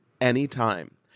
anytime